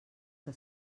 que